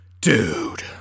dude